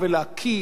תודה.